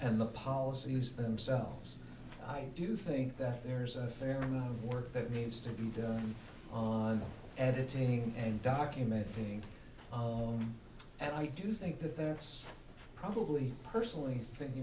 and the policies themselves i do think that there's a fair amount of work that needs to be done on editing and documenting and i do think that that's probably personally